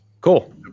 cool